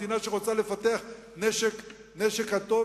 מדינה שרוצה לפתח נשק אטומי,